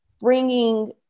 bringing